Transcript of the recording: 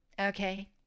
Okay